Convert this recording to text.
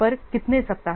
पर कितने सप्ताह